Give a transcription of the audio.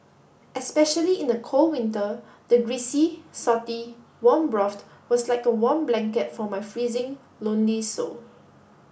especially in the cold winter the greasy salty warm broth was like a warm blanket for my freezing lonely soul